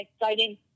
exciting